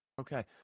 Okay